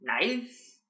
nice